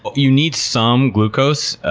but you need some glucose,